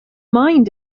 mind